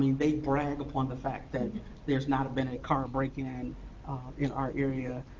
i mean they brag upon the fact that there's not been a car break in in in our area